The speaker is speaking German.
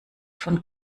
von